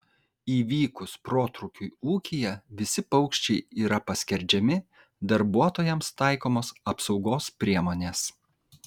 įvykus protrūkiui ūkyje visi paukščiai yra paskerdžiami darbuotojams taikomos apsaugos priemonės